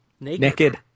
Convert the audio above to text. Naked